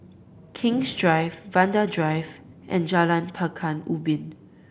King's Drive Vanda Drive and Jalan Pekan Ubin